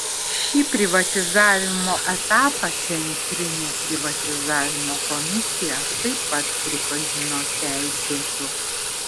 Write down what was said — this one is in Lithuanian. šį privatizavimo etapą centrinė privatizavimo komisija taip pat pripažino teisėtu